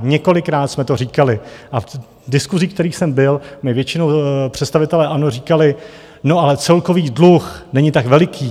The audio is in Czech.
Několikrát jsme to říkali a v diskuzích, ve kterých jsem byl, mi většinou představitelé ANO říkali no, ale celkový dluh není tak veliký.